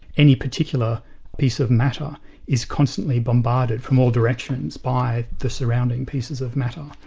any particular piece of matter is constantly bombarded from all directions by the surrounding pieces of matter,